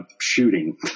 shooting